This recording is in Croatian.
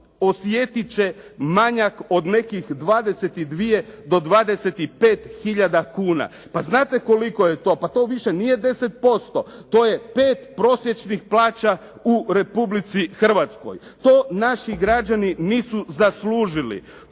osjetiti će manjak od nekih 22 do 25 tisuća kuna. Pa znate koliko je to? Pa to više nije 10%, to je 5 prosječnih plaća u Republici Hrvatskoj. To naši građani nisu zaslužili.